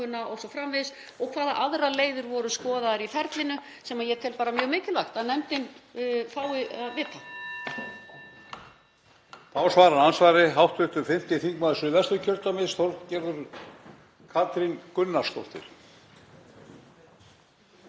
o.s.frv., og hvaða aðrar leiðir voru skoðaðar í ferlinu sem ég tel bara mjög mikilvægt að nefndin fái að